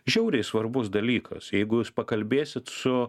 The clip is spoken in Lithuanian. žiauriai svarbus dalykas jeigu jūs pakalbėsit su